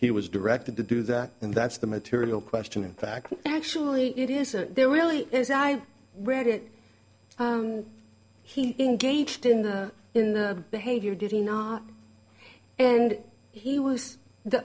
he was directed to do that and that's the material question in fact actually it isn't there really is i read it he engaged in the in the behavior did he not and he was the